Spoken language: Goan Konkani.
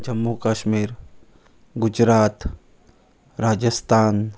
जम्मू कश्मीर गुजरात राजस्थान